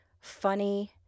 funny